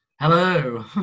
Hello